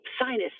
sinus